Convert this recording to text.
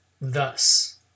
thus